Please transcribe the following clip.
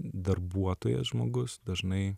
darbuotojas žmogus dažnai